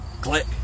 Click